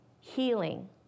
healing